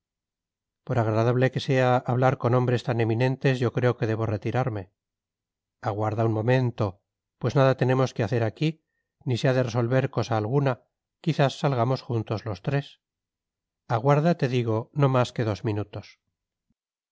por agradable que sea hablar con hombres tan eminentes yo creo que debo retirarme aguarda un momento pues nada tenemos que hacer aquí ni se ha de resolver cosa alguna quizás salgamos juntos los tres aguarda te digo no más que dos minutos